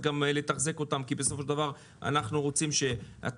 גם לתחזק אותם כי בסופו של דבר אנחנו רוצים שהתחבורה